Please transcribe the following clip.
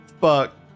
Fuck